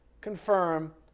confirm